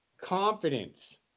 confidence